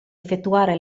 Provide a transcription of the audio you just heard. effettuare